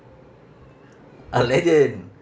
ah legend